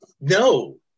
No